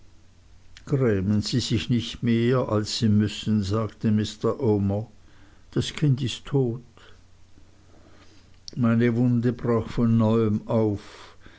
grämen sie sich nicht mehr als sie müssen sagte mr omer das kind ist tot meine wunde brach von neuem auf